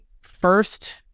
first